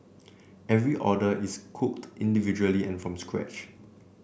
every order is cooked individually and from scratch